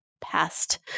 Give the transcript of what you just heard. past